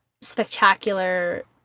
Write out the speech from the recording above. spectacular